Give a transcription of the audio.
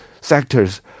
sectors